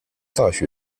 大学